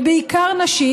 ובעיקר נשים,